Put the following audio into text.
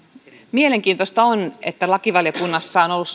mielenkiintoista on että lakivaliokunnassa on on ollut